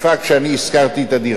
כשאני השכרתי את הדירה.